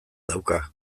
dauka